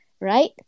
Right